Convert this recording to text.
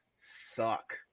suck